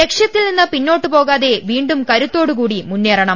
ലക്ഷ്യത്തിൽ നിന്നും പിന്നോട്ടു പോകാതെ വീണ്ടും കരുത്തോ ടുകൂടി മുന്നേറണം